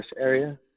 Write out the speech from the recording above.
area